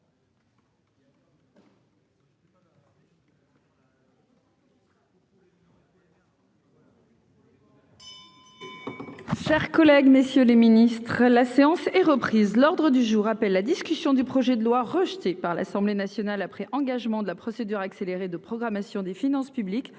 Chers collègues, messieurs les Ministres, la séance est reprise, l'ordre du jour appelle la discussion du projet de loi rejeté par l'Assemblée nationale après engagement de la procédure accélérée de programmation des finances publiques